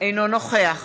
אינו נוכח